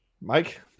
Mike